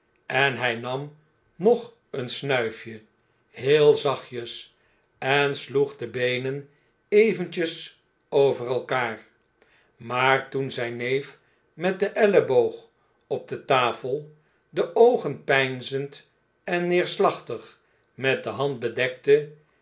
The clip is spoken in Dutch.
en hjj nam nog een snuifje heel zachtjes en sloeg de beenen eventjes over elkaar maar toen zijn neef met den elleboog op de tafel de oogen peinzend en neerslachtig met de hand bedekte